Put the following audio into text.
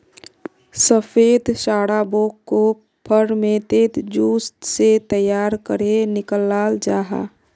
सफ़ेद शराबोक को फेर्मेंतेद जूस से तैयार करेह निक्लाल जाहा